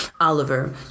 Oliver